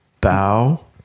Bow